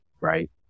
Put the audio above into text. Right